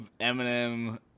Eminem